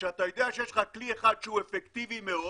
כשאתה יודע שיש לך כלי אחד שהוא אפקטיבי מאוד